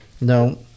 No